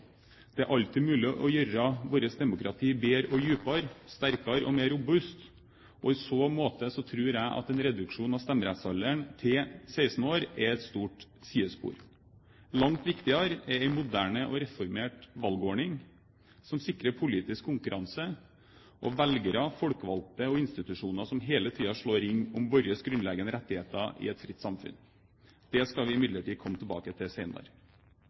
Det er alltid mulig å gjøre vårt demokrati bedre, dypere, sterkere og mer robust. I så måte tror jeg at en reduksjon av stemmerettsalderen til 16 år er et stort sidespor. Langt viktigere er en moderne og reformert valgordning som sikrer politisk konkurranse og velgere, folkevalgte og institusjoner som hele tiden slår ring om våre grunnleggende rettigheter i et fritt samfunn. Det skal vi imidlertid komme tilbake til